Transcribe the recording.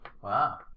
Wow